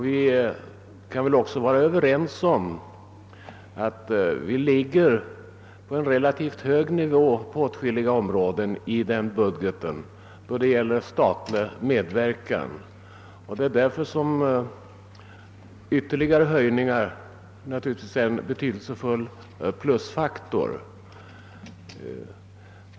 Vi kan också vara överens om att vi ligger på en relativt sett hög nivå på åtskilliga områden i denna budget då det gäller statlig medverkan. Det är därför som ytterligare höjningar är en betydelsefull plusfaktor.